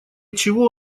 чего